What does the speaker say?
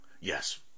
Yes